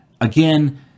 again